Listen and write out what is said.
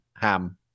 ham